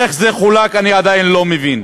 איך זה חולק, אני עדיין לא מבין.